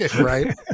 Right